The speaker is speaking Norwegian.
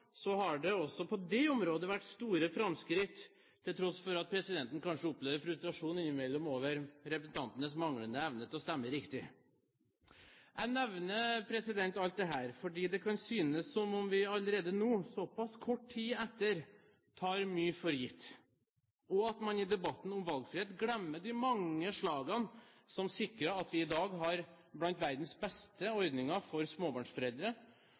Så mye har gått framover. Jeg kan også påpeke at dersom voteringen i nettopp denne debatten er representativ for alle voteringer på den tiden, har det også på det området vært store framskritt, til tross for at presidenten kanskje opplever frustrasjon innimellom over representantenes manglende evne til å stemme riktig. Jeg nevner alt dette fordi det kan synes som vi allerede nå, såpass kort tid etter, tar mye for gitt, og at man i debatten om valgfrihet glemmer de mange slagene som